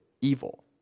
evil